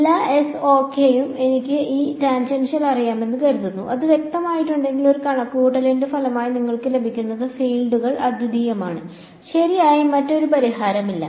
എല്ലാ എസ് ഓകെയിലും എനിക്ക് ഇ ടാൻജൻഷ്യൽ അറിയാമെന്ന് കരുതുക അത് വ്യക്തമാക്കിയിട്ടുണ്ടെങ്കിൽ ഒരു കണക്കുകൂട്ടലിന്റെ ഫലമായി നിങ്ങൾക്ക് ലഭിക്കുന്നത് ഫീൽഡുകൾ അദ്വിതീയമാണ് ശരിയായ മറ്റൊരു പരിഹാരമില്ല